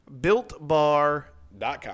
BuiltBar.com